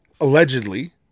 Allegedly